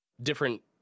Different